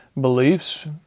beliefs